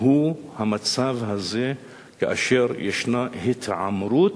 הם במצב הזה, כאשר ישנה התעמרות,